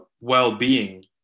well-being